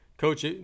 Coach